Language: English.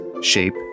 shape